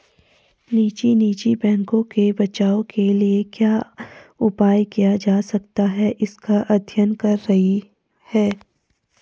lily निजी बैंकों के बचाव के लिए क्या उपाय किया जा सकता है इसका अध्ययन कर रही है